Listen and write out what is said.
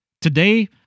Today